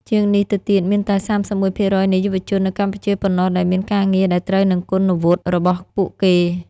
ជាងនេះទៅទៀត មានតែ ៣១ ភាគរយនៃយុវជននៅកម្ពុជាប៉ុណ្ណោះដែលមានការងារដែលត្រូវនឹងគុណវុឌ្ឍិរបស់ពួកគេ។